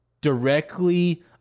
directly